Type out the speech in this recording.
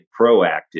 proactive